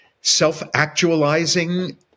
self-actualizing